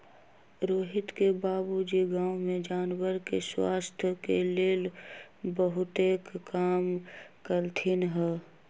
रोहित के बाबूजी गांव में जानवर के स्वास्थ के लेल बहुतेक काम कलथिन ह